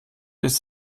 isst